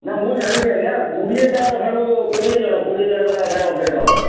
ନା ମୁଁ ଜାଣିଛି ଆଜ୍ଞା କୋଡ଼ିଏଟା କୋଡ଼ିଏ ଜଣ କୋଡ଼ିଏ ଜଣଙ୍କର ଆଧାର ଅପଡ଼େଟ୍ ହେବ